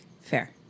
fair